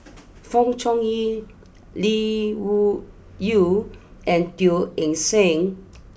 Fong Chong Yi Lee Wung Yew and Teo Eng Seng